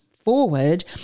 forward